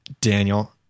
Daniel